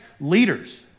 leaders